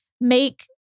make